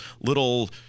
little